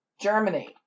Germany